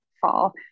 fall